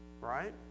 Right